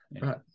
right